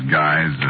guys